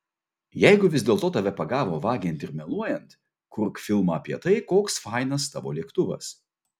jeigu vis dėl to tave pagavo vagiant ir meluojant kurk filmą apie tai koks fainas tavo lėktuvas